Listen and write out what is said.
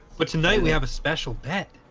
but tonight we have a special bet.